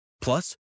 Plus